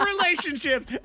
relationships